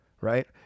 right